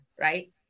right